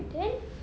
then